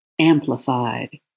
amplified